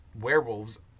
werewolves